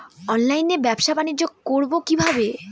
অনলাইনে ব্যবসা বানিজ্য করব কিভাবে?